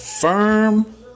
firm